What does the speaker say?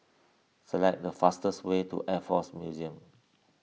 select the fastest way to Air force Museum